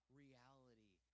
reality